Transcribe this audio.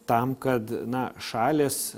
tam kad na šalys